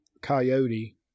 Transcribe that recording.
coyote